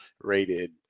rated